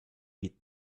beat